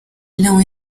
léon